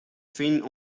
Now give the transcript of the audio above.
finen